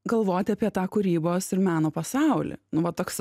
galvoti apie tą kūrybos ir meno pasaulį nu vat toks